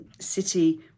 city